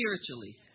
spiritually